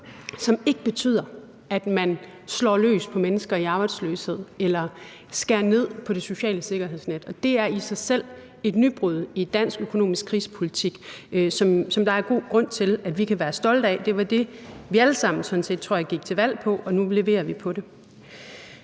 som ikke betyder, at man slår løs på mennesker i arbejdsløshed eller skærer ned på det sociale sikkerhedsnet. Og det er i sig selv et nybrud i dansk økonomisk krisepolitik, som der er god grund til at være stolte af. Det var det, vi sådan set alle sammen, tror jeg, gik til valg på, og nu leverer vi på det.